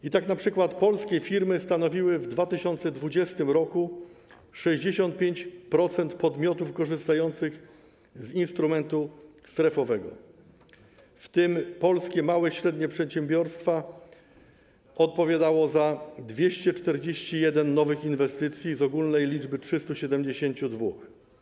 I tak np. polskie firmy stanowiły w 2020 r. 65% podmiotów korzystających z instrumentu strefowego, w tym polskie małe, średnie przedsiębiorstwa odpowiadały za 241 nowych inwestycji z ogólnej liczby 372.